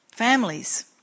Families